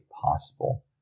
possible